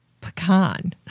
pecan